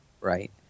right